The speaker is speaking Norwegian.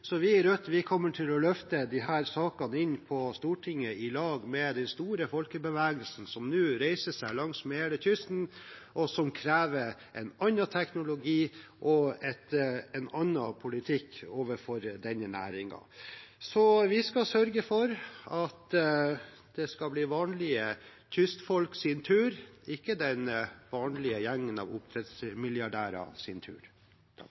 Så vi i Rødt kommer til å løfte disse sakene inn på Stortinget sammen med den store folkebevegelsen som nå reiser seg langsmed hele kysten, og som krever en annen teknologi og en annen politikk overfor denne næringen. Vi skal sørge for at det skal bli vanlige kystfolks tur, ikke den vanlige gjengen av oppdrettsmilliardærers tur.